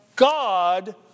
God